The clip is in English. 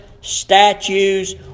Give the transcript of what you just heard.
statues